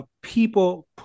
people